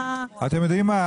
אתם יודעים מה?